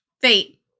fate